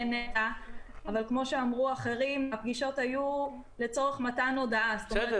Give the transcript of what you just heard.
נת"ע אבל כמו שאמרו אחרים הפגישות היו לצורך מתן הודעה -- בסדר,